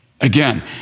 again